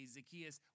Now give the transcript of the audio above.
Zacchaeus